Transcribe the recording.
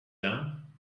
down